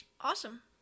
Awesome